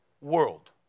world